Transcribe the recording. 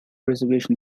reservation